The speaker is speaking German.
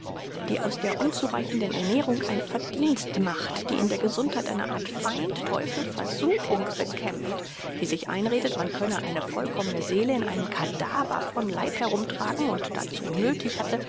die aus der unzureichenden ernährung ein verdienst macht die in der gesundheit eine art feind teufel versuchung bekämpft die sich einredete man könne eine vollkommne seele in einem cadaver von leib herumtragen und dazu nöthig hatte